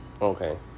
Okay